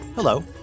Hello